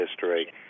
history